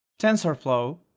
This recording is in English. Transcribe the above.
tensorflow,